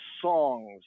songs